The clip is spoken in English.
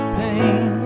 pain